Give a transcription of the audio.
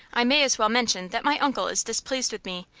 i may as well mention that my uncle is displeased with me,